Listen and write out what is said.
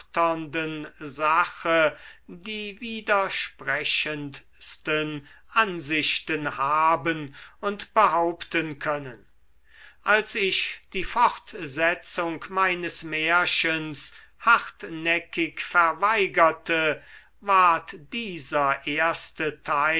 sache die widersprechendsten ansichten haben und behaupten können als ich die fortsetzung meines märchens hartnäckig verweigerte ward dieser erste teil